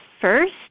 first